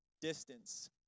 distance